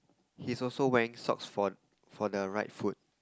he's also wearing socks for for the right foot